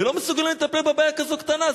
ולא מסוגלים לטפל בבעיה כזאת קטנה,